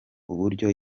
uburyo